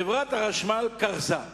חברת החשמל קרסה.